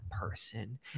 person